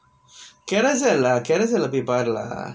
Carousell leh Carousell leh போய் பாருலா:poi paarulaa